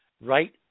right